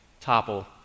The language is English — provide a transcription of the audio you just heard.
topple